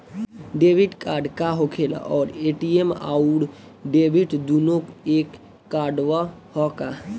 Debit card का होखेला और ए.टी.एम आउर डेबिट दुनों एके कार्डवा ह का?